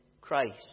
Christ